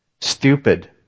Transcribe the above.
stupid